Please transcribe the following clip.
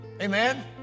Amen